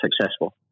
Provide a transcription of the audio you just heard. successful